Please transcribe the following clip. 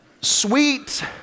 Sweet